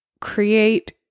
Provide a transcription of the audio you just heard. create